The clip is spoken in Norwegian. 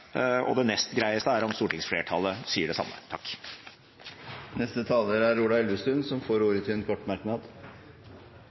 Det nest greieste er hvis stortingsflertallet sier det samme. Ola Elvestuen har hatt ordet to ganger tidligere og får ordet til en kort merknad,